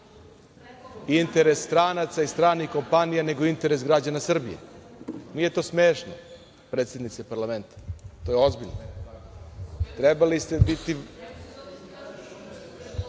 interes stranaca i stranih kompanija, nego interes građana Srbije. Nije to smešno, predsednice parlamenta, to je ozbiljno. Dakle,